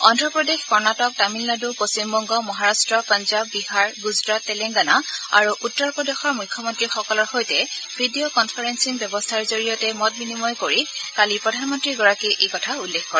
অদ্ৰপ্ৰদেশ কৰ্ণটিক তামিলনাডু পশ্চিমবংগ মহাৰট্ট পঞ্জাৱ বিহাৰ গুজৰাট তেলেংগানা আৰু উত্তৰ প্ৰদেশৰ মুখ্যমন্ত্ৰীসকলৰ সৈতে ভিডিঅ' কনফাৰেলিং ব্যৱস্থাৰ জৰিয়তে মত বিনিময় কৰি কালি প্ৰধানমন্ত্ৰীগৰাকীয়ে এই কথা উল্লেখ কৰে